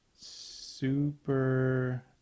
Super